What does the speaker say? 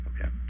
Okay